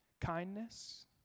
kindness